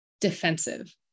defensive